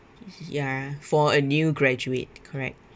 ya for a new graduate correct